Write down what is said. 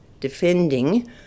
defending